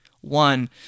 One